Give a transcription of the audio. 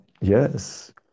Yes